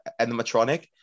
animatronic